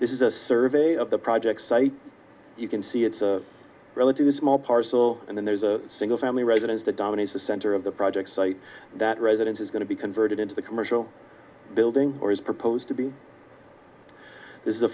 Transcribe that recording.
this is a survey of the project site you can see it's a relatively small parcel and then there's a single family residence that dominates the center of the project site that residence is going to be converted into the commercial building or is proposed to be this is